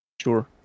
sure